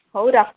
ହେଉ ରଖ